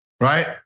right